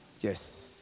Yes